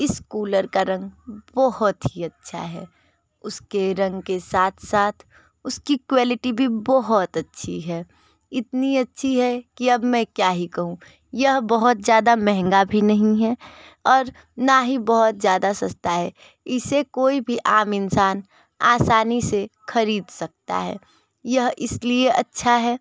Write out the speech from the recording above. इस कूलर का रंग बहुत ही अच्छा हैं उसके रंग के साथ साथ उसकी क्वालिटी भी बहुत अच्छी हैं इतनी अच्छी हैं कि अब मैं क्या ही कहूँ यह बहुत ज़्यादा महँगा भी नहीं हैं और ना ही बहुत ज़्यादा सस्ता हैं इसे कोई भी आम इंसान आसानी से खरीद सकता हैं यह इसलिए अच्छा हैं